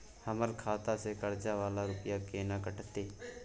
हमर खाता से कर्जा वाला रुपिया केना कटते?